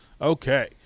Okay